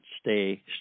stay